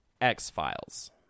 x-files